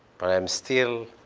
but i'm still